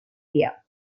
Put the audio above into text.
area